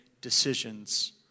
decisions